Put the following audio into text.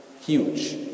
huge